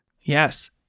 Yes